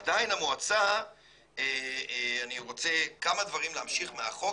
עדיין אני רוצה כמה דברים להמשיך מהחוק